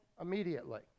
immediately